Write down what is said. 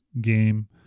game